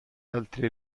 altri